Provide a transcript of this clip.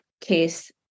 case